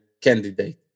candidate